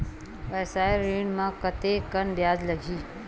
व्यवसाय ऋण म कतेकन ब्याज लगही?